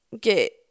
get